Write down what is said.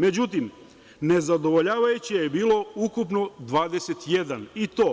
Međutim, nezadovoljavajuće je bilo ukupno 21, i to